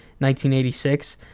1986